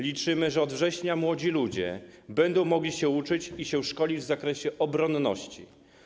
Liczymy, że od września młodzi ludzie będą mogli uczyć się i szkolić w zakresie obronności.